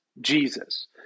Jesus